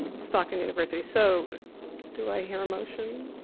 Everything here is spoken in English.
stockton university. so do i hear a motion?